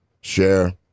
share